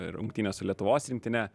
rungtynes su lietuvos rinktine